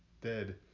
dead